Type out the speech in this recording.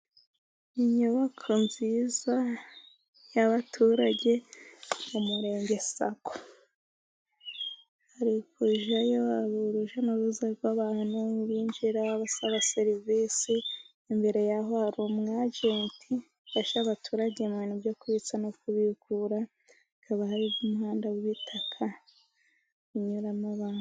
Inyubako nziza y'abaturage mu murenge saco, harikujyayo urujya n'uruza rw'abantu binjira basaba serivisi, imbere yaho hari umwagenti ufasha abaturage mu bintu byo kubitsa no kubikura, hakaba hari umuhanda witaka inyura abantu.